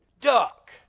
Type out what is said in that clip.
Duck